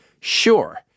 Sure